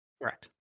Correct